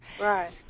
Right